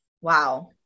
Wow